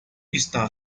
está